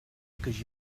because